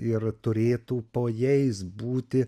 ir turėtų po jais būti